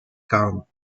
count